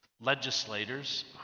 legislators